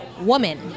woman